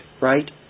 right